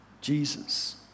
Jesus